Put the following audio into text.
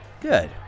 Good